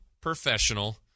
professional